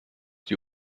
die